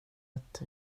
att